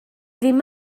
ddim